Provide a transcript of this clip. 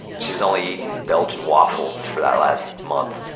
she was only eating belgian waffles for that last month.